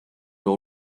all